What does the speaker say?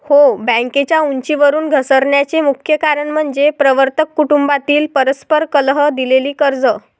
हो, बँकेच्या उंचीवरून घसरण्याचे मुख्य कारण म्हणजे प्रवर्तक कुटुंबातील परस्पर कलह, दिलेली कर्जे